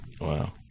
Wow